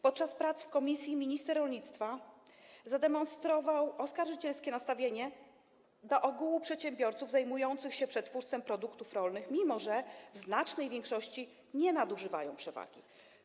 Podczas prac w komisji minister rolnictwa zademonstrował oskarżycielskie nastawienie do ogółu przedsiębiorców zajmujących się przetwórstwem produktów rolnych, mimo że w znacznej większości nie nadużywają przewagi.